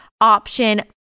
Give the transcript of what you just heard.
option